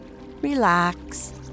relax